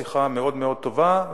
שיחה מאוד מאוד טובה,